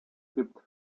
gibt